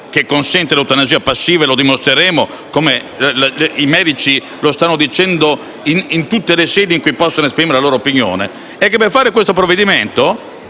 che consente l'eutanasia passiva, come dimostreremo e come i medici stanno dicendo in tutte le sedi in cui possono esprimere la loro opinione, ma è che per fare questo provvedimento